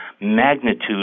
magnitude